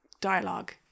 dialogue